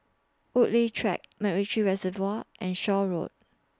Woodleigh Track Macritchie Reservoir and Shaw Road